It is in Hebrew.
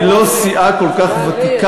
יש עתיד היא לא סיעה כל כך ותיקה.